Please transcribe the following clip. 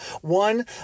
one